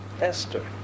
Esther